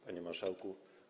Panie Marszałku!